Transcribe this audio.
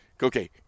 Okay